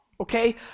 okay